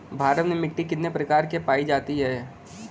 भारत में मिट्टी कितने प्रकार की पाई जाती हैं?